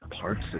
Parts